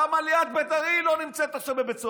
למה ליאת בן-ארי לא נמצאת בבית סוהר?